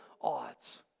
odds